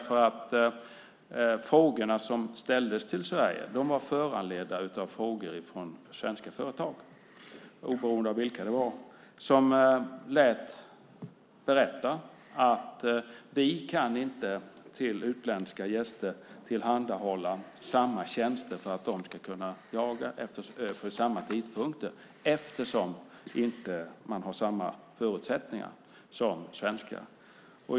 Frågorna som ställdes till Sverige var föranledda av frågor från svenska företag, oberoende av vilka det var. De lät berätta att de inte kunde tillhandahålla samma tjänster till utländska gäster för att de skulle kunna jaga vid samma tidpunkter eftersom de inte har samma förutsättningar som svenskar.